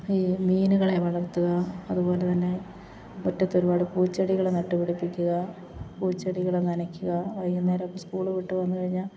ഈ മീനുകളെ വളർത്തുക അതുപോലെതന്നെ മുറ്റത്തൊരുപാട് പൂച്ചെടികൾ നട്ടു പിടിപ്പിക്കുക പൂച്ചെടികൾ നനയ്ക്കുക വൈകുന്നേരം സ്കൂള് വിട്ട് വന്ന് കഴിഞ്ഞാൽ